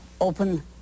open